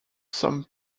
some